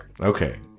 Okay